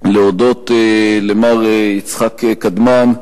ולהודות למר יצחק קדמן,